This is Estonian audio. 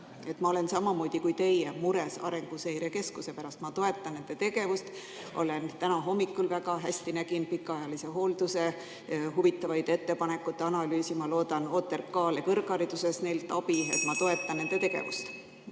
Ma olen samamoodi kui teie mures Arenguseire Keskuse pärast, ma toetan nende tegevust. Täna hommikul ma nägin pikaajalise hoolduse huvitavaid ettepanekuid ja analüüsi, ma loodan OTRK‑le kõrghariduse küsimuses neilt abi. Nii et ma toetan nende tegevust.